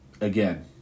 again